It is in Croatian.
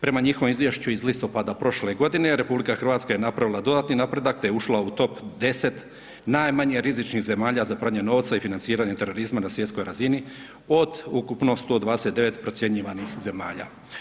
Prema njihovom izvješću iz listopada prošle godine Republika Hrvatska je napravila dodatni napredak te je ušla u top 10 najmanje rizičnih zemalja za pranje novca i financiranje terorizma na svjetskoj razini od ukupno 129 procjenjivanih zemalja.